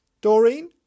Doreen